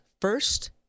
first